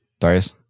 Darius